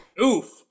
Oof